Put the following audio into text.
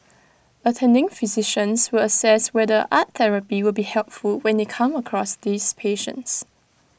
attending physicians will assess whether art therapy will be helpful when they come across these patients